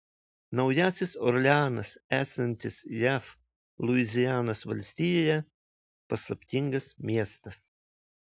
naujasis orleanas esantis jav luizianos valstijoje paslaptingas miestas